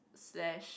slash